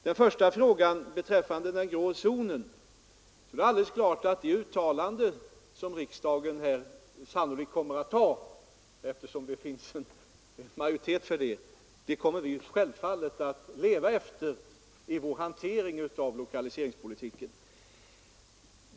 Vad beträffar frågan om den grå zonen så är det alldeles klart att det uttalande som riksdagen sannolikt kommer att göra eftersom det finns en majoritet för detta, det skall regeringen leva efter vid hanteringen av lokaliseringspolitiken.